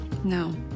No